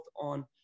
on